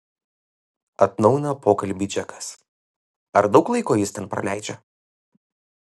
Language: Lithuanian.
atnaujina pokalbį džekas ar daug laiko jis ten praleidžia